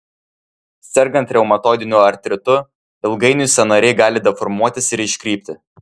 sergant reumatoidiniu artritu ilgainiui sąnariai gali deformuotis ir iškrypti